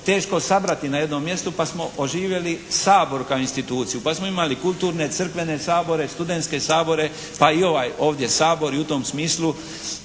teško sabrati na jednom mjestu pa smo oživjeli Sabor kao instituciju, pa smo imali kulturne, crkvene sabore, studentske sabore pa i ovaj ovdje Sabor i u tom smislu